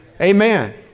Amen